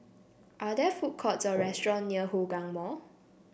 are there food courts or restaurants near Hougang Mall